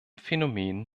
phänomen